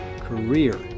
career